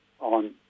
on